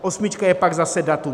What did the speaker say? Osmička je pak zase datum.